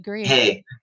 Hey